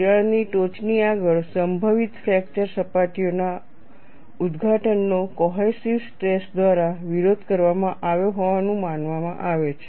તિરાડની ટોચની આગળ સંભવિત ફ્રેક્ચર સપાટીઓના ઉદ્દઘાટનનો કોહેસિવ સ્ટ્રેસ દ્વારા વિરોધ કરવામાં આવ્યો હોવાનું માનવામાં આવે છે